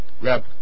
grab